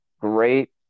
great